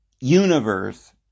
universe